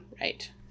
Right